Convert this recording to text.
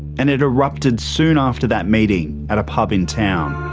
and it erupted soon after that meeting, at a pub in town.